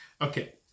Okay